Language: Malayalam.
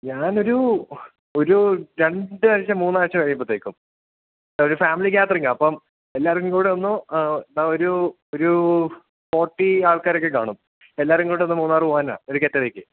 ഞാനൊരു ഒരു രണ്ടാഴ്ച മൂന്നാഴ്ച കഴിയുമ്പോഴത്തേക്കും ഒരു ഫാമിലി ഗ്യാതറിങ്ങാണ് അപ്പം എല്ലാവർക്കുംകൂടെ ഒന്ന് ആ ഒരു ഒരു ഫോർട്ടി ആൾക്കാരൊക്കെ കാണും എല്ലാവരുംകൂടെയൊന്ന് മൂന്നാറ് പോകാനാണ് ഒരു ഗെറ്റെവേക്ക്